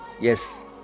Yes